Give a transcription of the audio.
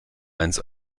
eins